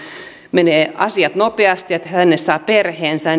menevät asiat nopeasti ja tänne saa perheensä